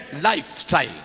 lifestyle